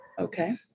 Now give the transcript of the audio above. Okay